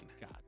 god